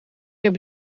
heb